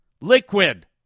liquid